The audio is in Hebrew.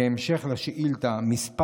כהמשך לשאילתה מס'